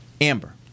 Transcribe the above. Amber